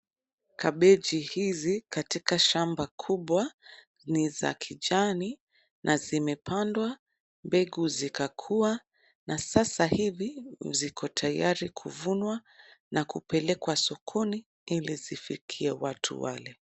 Kabeji hizi, katika shamba kubwa, ni za kijani, na zimepandwa, mbengu zikakua, na sasa hivi, ziko tayari kuvunwa, na kupelekwa sokoni, ili zifikie watu wale.